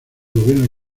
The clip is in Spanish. gobierno